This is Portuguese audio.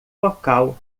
local